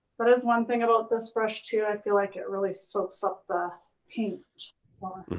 but is one thing about this brush, too, i feel like it really soaks up the paint more.